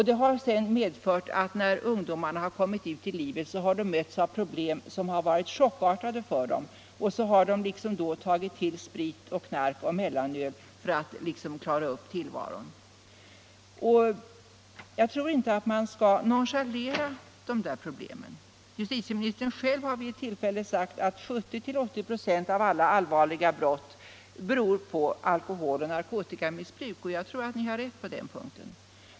Det har medfört att när ungdomarna kommit ut i livet har de mötts av problem som varit chockartade för dem, och så har de tagit till sprit och knark och mellanöl för att liksom klara upp tillvaron. Jag tror inte att man skall nonchalera dessa problem. Justitieministern själv har vid ett tillfälle sagt att 70-80 96 av alla allvarliga brott beror på alkohol och narkotikamissbruk. Jag tror att ni har rätt på den punkten.